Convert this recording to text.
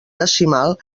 decimal